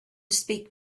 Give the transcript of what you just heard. speak